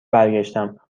برگشتم